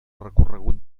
recorregut